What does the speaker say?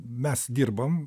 mes dirbam